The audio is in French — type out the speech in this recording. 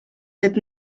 cette